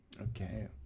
Okay